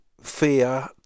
fear